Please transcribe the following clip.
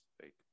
fake